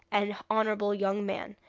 and honourable young man,